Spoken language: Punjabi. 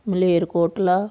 ਮਲੇਰਕੋਟਲਾ